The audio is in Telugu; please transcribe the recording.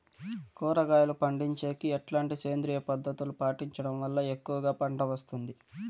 కూరగాయలు పండించేకి ఎట్లాంటి సేంద్రియ పద్ధతులు పాటించడం వల్ల ఎక్కువగా పంట వస్తుంది?